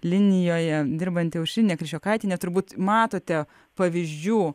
linijoje dirbanti aušrinė kriščiokaitienė turbūt matote pavyzdžių